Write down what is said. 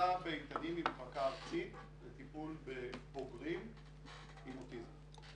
המחלקה באיתנים היא מחלקה ארצית לטיפול בבוגרים עם אוטיזם.